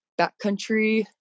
backcountry